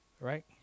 Right